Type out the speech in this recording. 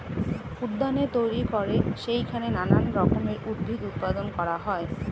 উদ্যানে তৈরি করে সেইখানে নানান রকমের উদ্ভিদ উৎপাদন করা হয়